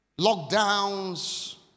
lockdowns